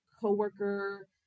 coworker